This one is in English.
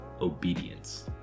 obedience